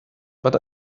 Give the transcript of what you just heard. but